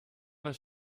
was